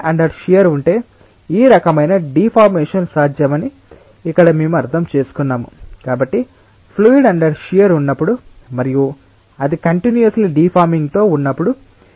ఇది ఎందుకు ముఖ్యమైనది ఎందుకంటే మీరు ఇప్పుడు AD యొక్క క్రొత్త స్థానాన్ని స్కెచ్ చేయడానికి ప్రయత్నిస్తే అది లినియర్లి డిస్ప్లేస్డ్ చెందడమే కాకుండా అన్గులర్ డిఫార్మెషన్ కి గురైందని ఇది షియర్ డిఫార్మెషన్ అని పిలువబడుతుంది